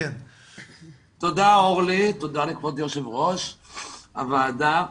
תודה אורלי, תודה לכבוד יו"ר הוועדה.